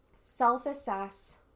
Self-assess